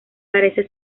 parece